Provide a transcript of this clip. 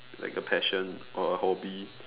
like a passion or a hobby